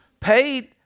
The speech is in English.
paid